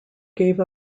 gave